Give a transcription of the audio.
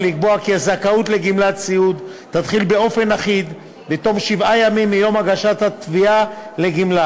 הזכאות לגמלת סיעוד בתום 30 ימים מה-1 בחודש שבו הוגשה התביעה.